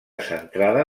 centrada